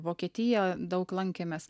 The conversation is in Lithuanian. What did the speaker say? vokietija daug lankėmės